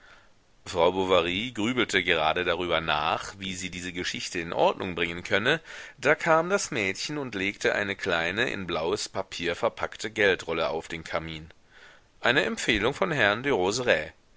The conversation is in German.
frau bovary grübelte gerade darüber nach wie sie diese geschichte in ordnung bringen könne da kam das mädchen und legte eine kleine in blaues papier verpackte geldrolle auf den kamin eine empfehlung von herrn